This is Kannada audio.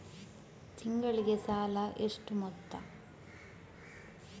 ತಿಂಗಳಿಗೆ ಸಾಲ ಎಷ್ಟು ಮೊತ್ತ?